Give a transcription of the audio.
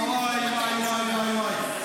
וואי וואי וואי וואי.